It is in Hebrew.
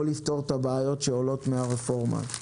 או לפתור את הבעיות שעולות מן הרפורמה.